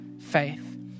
faith